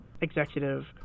executive